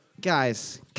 Guys